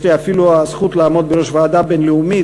יש לי אפילו הזכות לעמוד בראש ועדה בין-לאומית,